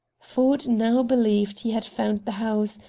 ford now believed he had found the house,